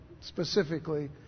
specifically